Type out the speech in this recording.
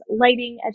lighting